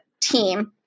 team